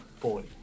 Boy